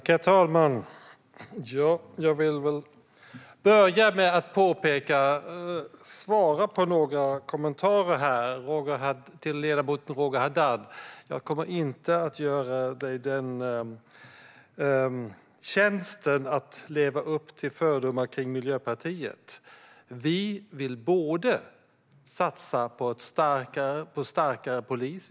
Herr talman! Jag vill börja med att svara på några kommentarer. Till ledamoten Roger Haddad: Jag kommer inte att göra dig den tjänsten att leva upp till fördomar kring Miljöpartiet. Vi vill satsa på en starkare polis.